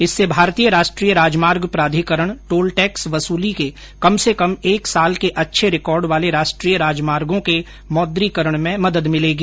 इससे भारतीय राष्ट्रीय राजमार्ग प्राधिकरण टोल टैक्स वसूली के कम से कम एक साल के अच्छे रिकार्ड वाले राष्ट्रीय राजमार्गो के मौद्रीकरण में मदद मिलेगी